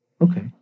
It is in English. Okay